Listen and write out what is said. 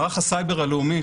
מערך הסייבר הלאומי,